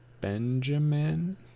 Benjamin